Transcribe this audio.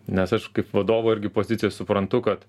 nes aš kaip vadovo irgi pozicijoj suprantu kad